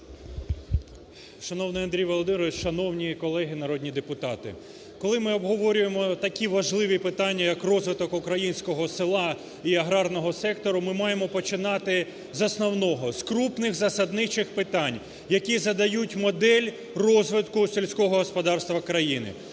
Шановний Андрію Володимировичу, шановні колеги народні депутати, коли ми обговорюємо такі важливі питання, як розвиток українського села і аграрного сектору, ми маємо починати з основного: з крупних засадничих питань, які задають модель розвитку сільського господарства країни.